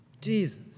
Jesus